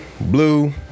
Blue